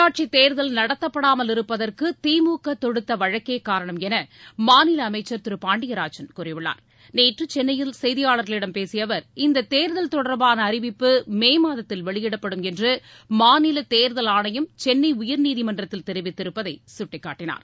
உள்ளாட்சி தேர்தல் நடத்தப்படாமல் இருப்பதற்கு திமுக தொடுத்த வழக்கே காரணம் என மாநில அமைச்சர் திரு பாண்டியராஜன் கூறியுள்ளார் நேற்று சென்னையில் செய்தியாளர்களிடம் பேசிய அவர் இந்த தேர்தல் தொடர்பான அறிவிப்பு மே மாதத்தில் வெளியிடப்படும் என்று மாநில தேர்தல் ஆணையம் சென்னை உயர்நீதிமன்றத்தில் தெரிவித்திருப்பதை சுட்டிக்காட்டினார்